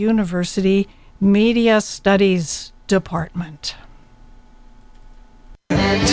university media studies department